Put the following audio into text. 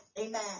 amen